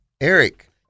eric